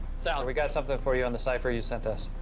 sal, we got something for you on the cipher you sent us.